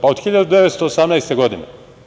Pa od 1918. godine.